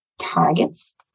targets